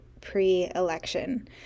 pre-election